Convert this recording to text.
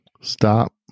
Stop